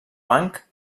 banc